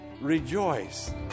Rejoice